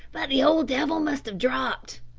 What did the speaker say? but the old devil must have dropped.